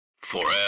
forever